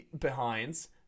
behinds